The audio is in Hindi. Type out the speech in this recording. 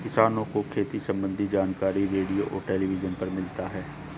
किसान को खेती सम्बन्धी जानकारी रेडियो और टेलीविज़न पर मिलता है